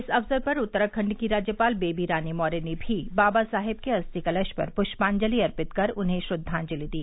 इस अवसर पर उत्तराखंड की राज्यपाल वेबी रानी मौर्या ने भी बाबा साहेब के अस्थि कलश पर पुष्पांजलि अर्पित कर उन्हें श्रद्वांजलि दी